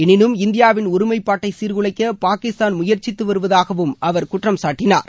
எளினும் இந்தியாவின் ஒருமைப்பாட்டை சீர்குலைக்க பாகிஸ்தான் முயற்சித்து வருவதாகவும் அவர் குற்றம்சாட்டினார்